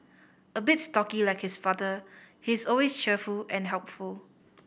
a bit stocky like his father he is always cheerful and helpful